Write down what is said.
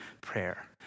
prayer